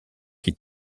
qui